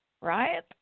right